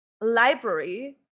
library